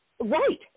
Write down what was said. Right